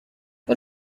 but